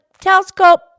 telescope